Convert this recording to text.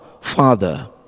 Father